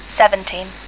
seventeen